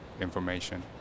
information